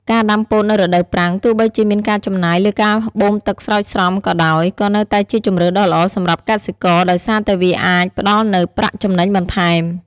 ការដាំពោតនៅរដូវប្រាំង ទោះបីជាមានការចំណាយលើការបូមទឹកស្រោចស្រពក៏ដោយ ក៏នៅតែជាជម្រើសដ៏ល្អសម្រាប់កសិករ ដោយសារតែវាអាចផ្តល់នូវ ប្រាក់ចំណេញបន្ថែម។